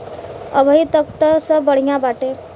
अबहीं तक त सब बढ़िया बाटे